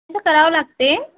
करावं लागते